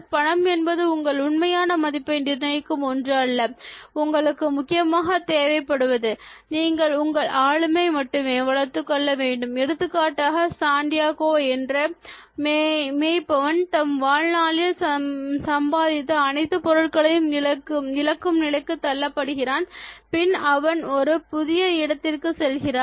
பணம் என்பது உங்கள் உண்மையான மதிப்பை நிர்ணயிக்கும் ஒன்று அல்ல உங்களுக்கு முக்கியமாக தேவைப்படுவது நீங்கள் உங்கள் ஆளுமை மட்டுமே வளர்த்துக் கொள்ளவேண்டும் எடுத்துக்காட்டாக சான்டியாகோ என்ற ஒரு மேய்ப்பவன்தம் வாழ்நாளில் சம்பாதித்த அனைத்து பொருட்களையும் இழக்கும் நிலைக்குத் தள்ளப்படுகிறான் பின்பு அவர் ஒரு புதிய இடத்திற்கு செல்கிறார்